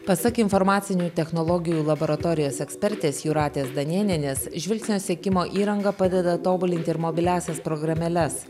pasak informacinių technologijų laboratorijos ekspertės jūratės danėnienės žvilgsnio sekimo įranga padeda tobulinti ir mobiliąsias programėles